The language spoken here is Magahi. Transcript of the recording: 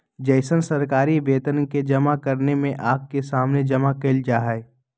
जैसन सरकारी वेतन के जमा करने में आँख के सामने जमा कइल जाहई